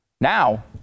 Now